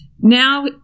Now